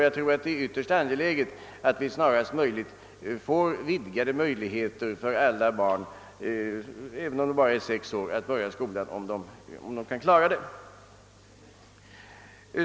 Därför är det ytterst angeläget att vi snarast får vidgade möjligheter för alla barn att börja skolan tidigare, om de kan klara detta.